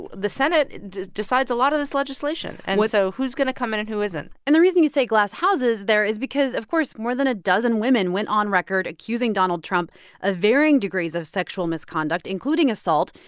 the the senate decides a lot of this legislation. and so who's going to come in and who isn't? and the reason you say glass houses there is because, of course, more than a dozen women went on record accusing donald trump of varying degrees of sexual misconduct, including assault,